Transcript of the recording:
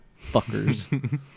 fuckers